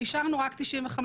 אישרנו רק 95,